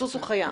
סוס הוא חיה.